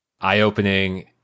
eye-opening